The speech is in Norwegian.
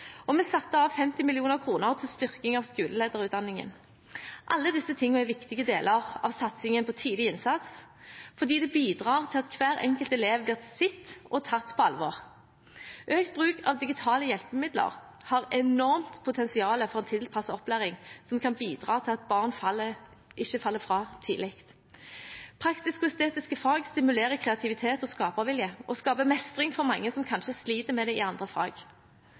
og vi satte av 50 mill. kr til styrking av skolelederutdanningen. Alle disse tingene er viktige deler av satsingen på tidlig innsats fordi det bidrar til at hver enkelt elev blir sett og tatt på alvor. Økt bruk av digitale hjelpemidler har et enormt potensial for tilpasset opplæring, som kan bidra til at barn ikke faller fra tidlig. Praktisk-estetiske fag stimulerer kreativitet og skapervilje og skaper mestring for mange som kanskje sliter med det i andre fag.